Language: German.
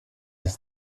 des